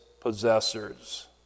possessors